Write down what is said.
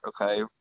okay